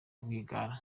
rwigara